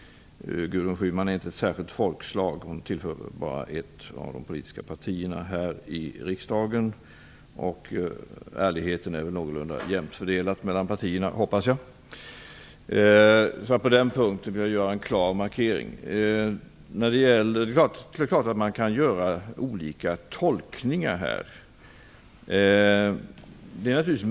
Gudrun Schyman tillhör inte ett särskilt folkslag. Hon tillhör bara ett av de politiska partierna här i riksdagen. Ärligheten är väl, hoppas jag, någorlunda jämnt fördelad mellan partierna. På den punkten vill jag alltså göra en klar markering. Det är klart att det är möjligt att göra olika tolkningar här.